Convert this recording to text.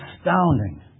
astounding